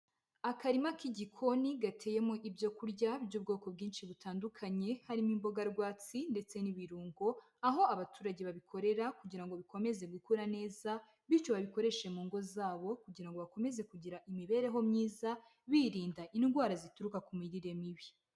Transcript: Akarima k'igikoni gateyemo ibyokurya by'ubwoko bwinshi butandukanye, harimo imboga rwatsi ndetse n'ibirungo, aho abaturage babikorera kugira ngo bikomeze gukura neza, bityo babikoreshe mu ngo zabo kugira ngo bakomeze kugira imibereho myiza, birinda indwara zituruka ku mirire mibi.